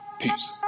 peace